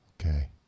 Okay